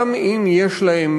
גם אם יש להם